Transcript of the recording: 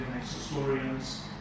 historians